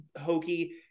hokey